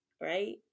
right